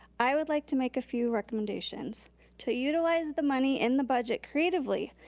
i would like to make a few recommendations to utilize the money in the budget creatively,